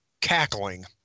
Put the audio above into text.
cackling